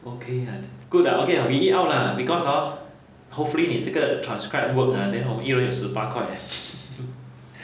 okah ah good lah okay lah we eat it out lah because hor hopefully 你这个 transcribe work ah then 我们一人有十八块